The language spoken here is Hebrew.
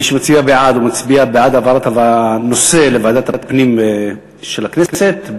מי שמצביע בעד מצביע בעד העברת הנושא לוועדת הפנים של הכנסת,